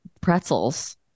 pretzels